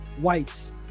whites